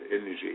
energy